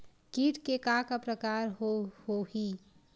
कीट के का का प्रकार हो होही?